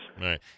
Right